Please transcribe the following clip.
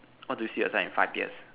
what do you see yourself in five years